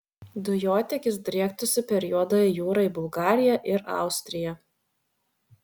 dujotiekis driektųsi per juodąją jūrą į bulgariją ir austriją